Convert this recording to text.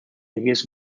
hagués